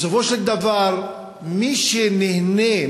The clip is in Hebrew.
שבסופו של דבר מי שנהנה,